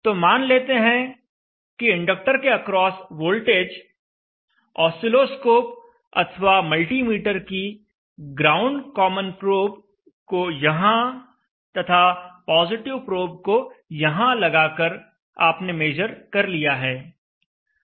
तो मान लेते हैं कि इंडक्टर के अक्रॉस वोल्टेज ऑसिलोस्कोप अथवा मल्टीमीटर की ग्राउंड कॉमन प्रोब को यहां तथा पॉजिटिव प्रोब को यहां लगाकर आपने मेजर कर लिया है